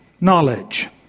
knowledge